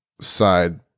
side